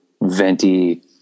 venti